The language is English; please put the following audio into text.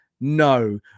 No